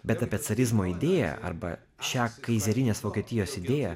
bet apie carizmo idėją arba šią kaizerinės vokietijos idėją